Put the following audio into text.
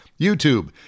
YouTube